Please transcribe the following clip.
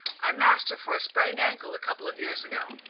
i mass'd her for a sprained ankle a couple of years ago.